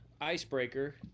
icebreaker